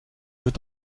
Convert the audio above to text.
veut